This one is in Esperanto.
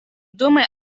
dume